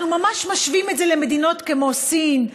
אנחנו ממש משווים את זה למדינות כמו סין,